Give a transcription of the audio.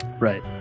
right